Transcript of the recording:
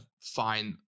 find